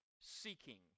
seeking